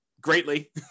greatly